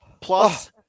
plus